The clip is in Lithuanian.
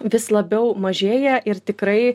vis labiau mažėja ir tikrai